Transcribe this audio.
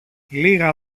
λίγα